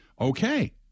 Okay